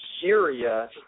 Syria